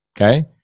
okay